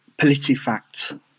Politifact